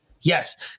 Yes